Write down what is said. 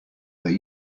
their